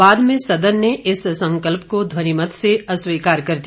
बाद में सदन ने इस संकल्प को ध्वनिमत से अस्वीकार कर दिया